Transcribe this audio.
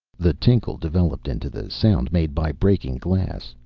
the tinkle developed into the sound made by breaking glass,